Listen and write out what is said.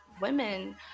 women